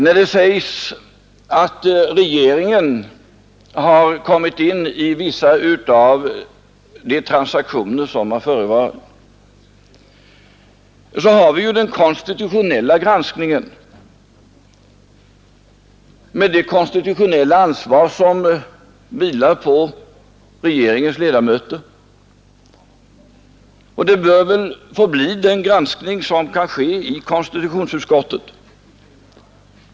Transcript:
När det sägs att regeringen har kommit in i vissa av de transaktioner som har förevarit, så har vi ju den granskning av det konstitutionella ansvar som vilar på regeringens ledamöter, och det bör väl få bli den granskning som kan ske i konstitutionsutskottet.